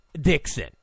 Dixon